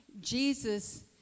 Jesus